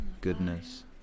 goodness